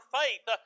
faith